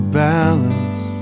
balance